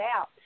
out